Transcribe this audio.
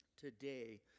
today